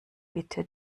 bitte